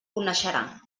coneixerà